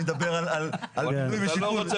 אני מדבר על בינוי ושיכון.